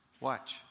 Watch